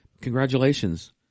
congratulations